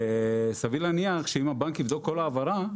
סביר להניח שאם הבנק יבדוק כל העברה,